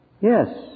Yes